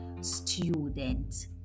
student